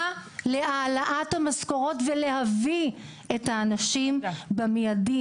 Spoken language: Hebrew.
להעלאת המשכורות ולהביא את האנשים במידי